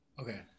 Okay